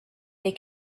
they